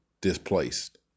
displaced